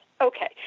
Okay